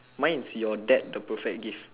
mine is your dad the perfect gift